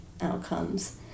outcomes